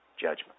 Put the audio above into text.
judgment